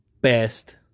best